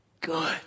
good